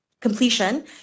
completion